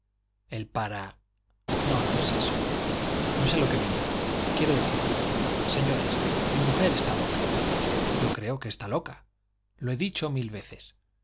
el para no no es eso no sé lo que me digo quiero decir señores mi mujer está loca yo creo que está loca lo he dicho mil veces